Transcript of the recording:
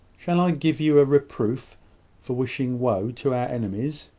shall i give you a reproof for wishing woe to our enemies?